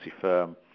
firm